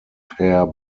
pair